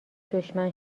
دشمن